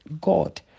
God